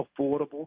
affordable